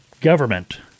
government